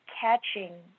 catching